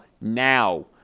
now